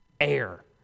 air